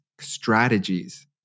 strategies